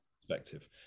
perspective